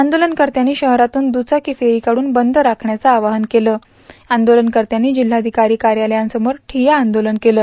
आंदोलनकर्त्यांनी शहरातून दुचाकी फेरी काढून बंद राखण्याचं आवाहन केलं आंदोलनकर्पांनी जिल्हाधिकारी कार्यालयासमोर ठिप्या आंदोलन केलं